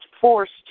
forced